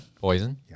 poison